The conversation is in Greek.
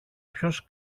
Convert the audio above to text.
ποιος